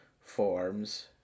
forms